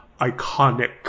iconic